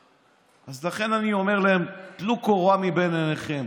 אז לכן אני אומר להם: טלו קורה מבין עיניכם.